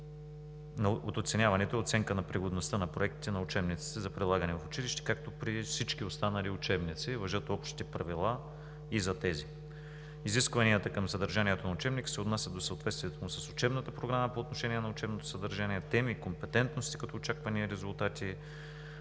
от оценяването е оценка на пригодността на проектите на учебниците за прилагане в училище. Както при всички останали учебници, общите правила важат и за тези. Изискванията към съдържанието на учебника се отнасят до съответствието му с учебната програма по отношение на: учебното съдържание; теми; компетентности като очаквани резултати;